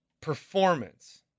performance